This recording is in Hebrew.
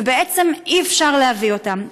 ובעצם אי-אפשר להביא אותם.